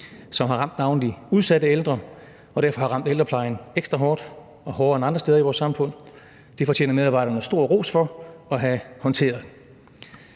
som har ramt navnlig udsatte ældre og derfor har ramt ældreplejen ekstra hårdt og hårdere end andre steder i vores samfund. Det fortjener medarbejderne stor ros for at have håndteret.